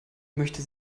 möchte